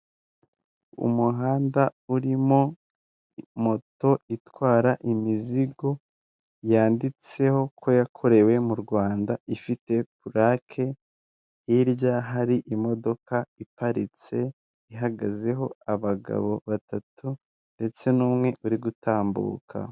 Ogisisi foiri biro akaba ari ibiro bifasha abaza kuvunjisha amafaranga yabo bayakura mu bwoko runaka bw'amafaranga bayashyira mu bundi bwoko runaka bw'amafaranga, aha turabonamo mudasobwa, turabonamo n'umugabo wicaye ategereje gufasha abakiriya baza kuvunjisha amafaranga yawe.